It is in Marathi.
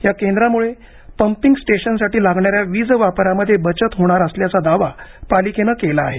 या केंद्रामुळे पंपीग स्टेशनसाठी लागणा या वीज वापरामध्ये बचत होणार असल्याचा दावा पालिकेने केला आहे